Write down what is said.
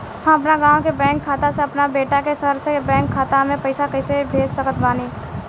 हम अपना गाँव के बैंक खाता से अपना बेटा के शहर के बैंक खाता मे पैसा कैसे भेज सकत बानी?